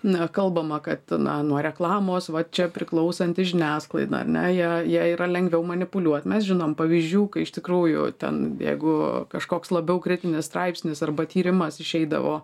na kalbama kad na nuo reklamos va čia priklausanti žiniasklaida ar ne ja ja yra lengviau manipuliuot mes žinom pavyzdžių kai iš tikrųjų ten jeigu kažkoks labiau kritinis straipsnis arba tyrimas išeidavo